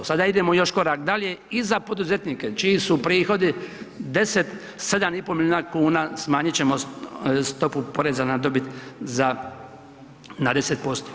Sada idemo još korak dalje, i za poduzetnike čiji su prihodi 7,5 milijuna kuna, smanjit ćemo stopu poreza na dobit na 10%